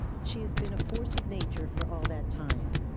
she has been a force of nature for all that time.